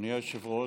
אדוני היושב-ראש,